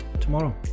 tomorrow